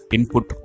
Input